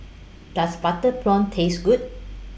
Does Butter Prawns Taste Good